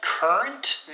Current